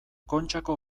kontxako